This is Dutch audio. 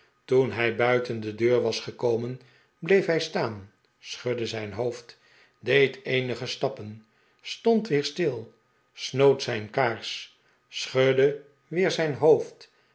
toen hij buiten de deur was gekomen bleef hij staan schudde zijn hoofd deed eenige stappen stond weer stil snoot zijn kaars schudde weer zijn hoofd